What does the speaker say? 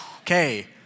okay